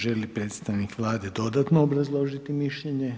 Želi predstavnik Vlade dodatno obrazložiti mišljenje?